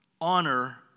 Honor